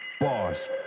Boss